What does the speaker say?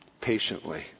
patiently